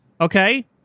okay